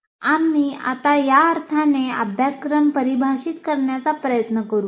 आम्ही आता या अर्थाने अभ्यासक्रम परिभाषित करण्याचा प्रयत्न करू